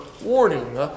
warning